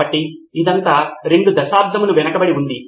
కాబట్టి ఇదంతా 2 దశాబ్దములు వెనుకబడి ఉంది